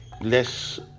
less